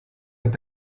hat